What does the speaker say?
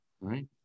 right